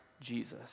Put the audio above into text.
Jesus